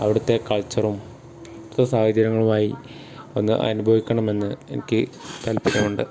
അവിടുത്തെ കൾച്ചറും അവിടുത്തെ സാഹചര്യങ്ങളുമായി ഒന്ന് അനുഭവിക്കണമെന്ന് എനിക്ക് താൽപര്യമുണ്ട്